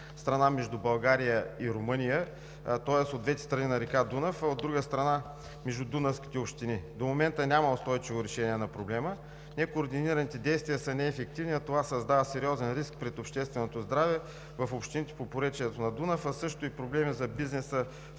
страна, между България и Румъния, тоест от двете страни на река Дунав, а от друга страна, между дунавските общини. До момента няма устойчиво решение на проблема. Некоординираните действия са неефективни, а това създава сериозен риск пред общественото здраве в общините по поречието на река Дунав, а също и проблеми за бизнеса